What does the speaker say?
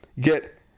get